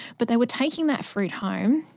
but they were taking that fruit home,